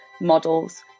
models